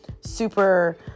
super